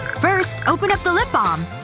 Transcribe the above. first, open up the lip balm.